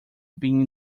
being